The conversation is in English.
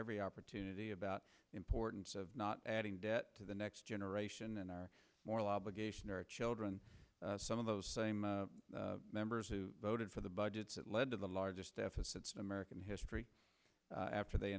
every opportunity about the importance of not adding debt to the next generation and our moral obligation to our children some of those same members who voted for the budgets that led to the largest deficits in american history after they